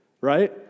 right